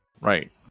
Right